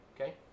Okay